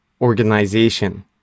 organization